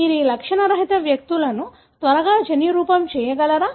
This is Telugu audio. మీరు ఈ లక్షణరహిత వ్యక్తులను త్వరగా జన్యురూపం చేయగలరా